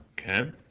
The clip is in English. Okay